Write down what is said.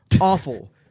awful